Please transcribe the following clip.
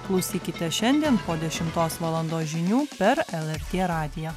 klausykite šiandien po dešimtos valandos žinių per lrt radiją